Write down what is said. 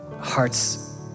hearts